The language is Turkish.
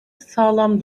sağlam